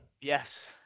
Yes